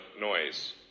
noise